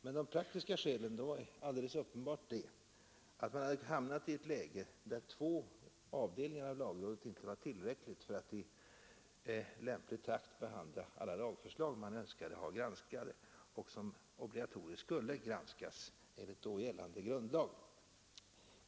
Ett praktiskt skäl var alldeles uppenbart: man hade hamnat i ett läge där det inte var tillräckligt med två avdelningar av lagrådet för att i lämpligt tempo behandla alla lagförslag som man önskade få granskade och som obligatoriskt skulle granskas enligt då gällande grundlag.